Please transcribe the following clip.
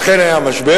אכן היה משבר,